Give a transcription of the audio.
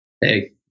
Hey